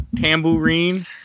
Tambourine